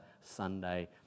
Sunday